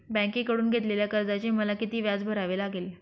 बँकेकडून घेतलेल्या कर्जाचे मला किती व्याज भरावे लागेल?